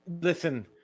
Listen